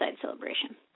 Celebration